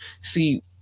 See